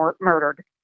murdered